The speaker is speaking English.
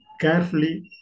carefully